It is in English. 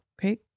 Okay